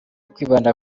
kwibanda